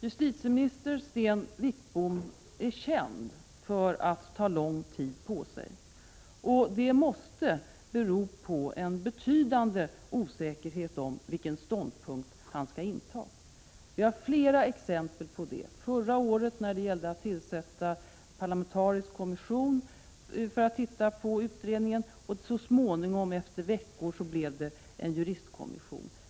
Justitieminister Sten Wickbom är känd för att ta lång tid på sig, och det måste bero på en betydande osäkerhet om vilken ståndpunkt han skall inta. Det finns flera exempel på det. När det förra året gällde att tillsätta en parlamentarisk kommission för att titta på utredningen blev det så småningom — efter flera veckor — en juristkommission.